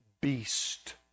beast